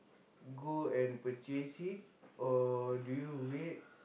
go and purchase it or do you wait